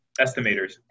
estimators